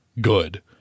Good